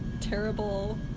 terrible